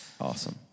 Awesome